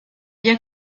bien